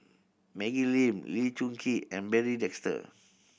Maggie Lim Lee Choon Kee and Barry Desker